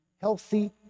healthy